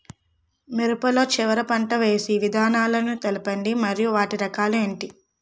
మిరప లో చివర పంట వేసి విధానాలను తెలపండి మరియు వాటి రకాలు ఏంటి